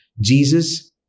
Jesus